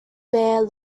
bare